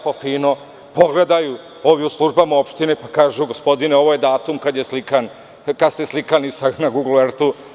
Neka pogledaju ovi u službama opštine i kažu – gospodine, ovo je datum kada ste slikani na guglartu.